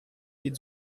eat